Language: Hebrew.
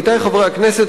עמיתי חברי הכנסת,